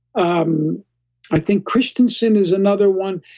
um i think christianson is another one,